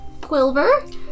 Quilver